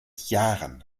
jahren